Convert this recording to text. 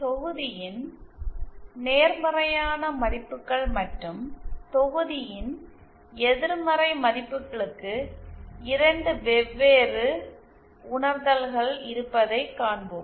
தொகுதியின் நேர்மறையான மதிப்புகள் மற்றும் தொகுதியின் எதிர்மறை மதிப்புகளுக்கு 2 வெவ்வேறு உணர்தல்கள் இருப்பதைக் காண்போம்